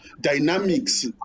dynamics